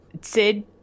Sid